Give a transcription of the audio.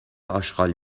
اشغال